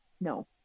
No